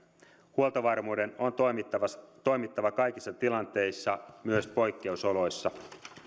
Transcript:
huoltovarmuuden on toimittava kaikissa tilanteissa myös poikkeusoloissa